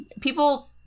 People